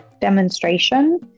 demonstration